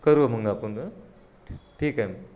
करू मग आपण ठीक आहे न